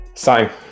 Sign